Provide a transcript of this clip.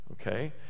Okay